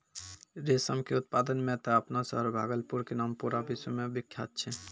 रेशम के उत्पादन मॅ त आपनो शहर भागलपुर के नाम पूरा विश्व मॅ विख्यात छै